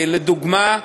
לדוגמה,